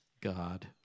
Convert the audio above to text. God